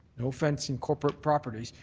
no friends in corporate properties,